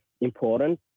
important